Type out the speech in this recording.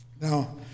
Now